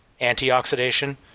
antioxidation